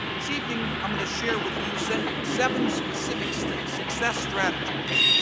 so evening i'm going to share with you seven seven specific so success strategies.